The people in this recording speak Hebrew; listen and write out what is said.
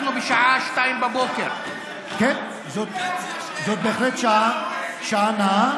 אנחנו בשעה 02:00. כן, זאת בהחלט שעה נאה,